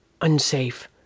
unsafe